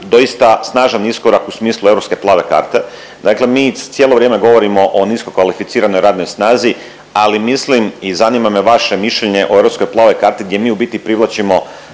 doista snažan iskorak u smislu europske plave karte, dakle mi cijelo vrijeme govorimo o niskokvalificiranoj radnoj snazi, ali mislim i zanima me vaše mišljenje o europskoj plavoj karti gdje mi u biti privlačimo